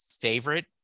favorite